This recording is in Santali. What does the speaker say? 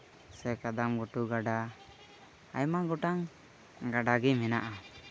ᱥᱮ ᱠᱟᱫᱟᱢ ᱜᱷᱩᱴᱩ ᱜᱟᱰᱟ ᱟᱭᱢᱟ ᱜᱚᱴᱟᱝ ᱜᱟᱰᱟ ᱜᱮ ᱢᱮᱱᱟᱜᱼᱟ